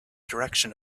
direction